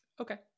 Okay